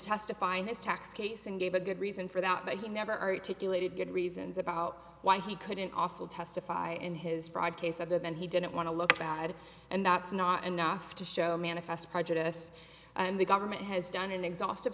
testify in his tax case and gave a good reason for that but he never articulated good reasons about why he couldn't also testify in his fraud case other than he didn't want to look bad and that's not enough to show manifest prejudice and the government has done an exhaustive